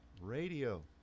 Radio